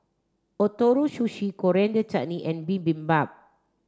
Ootoro Sushi Coriander Chutney and Bibimbap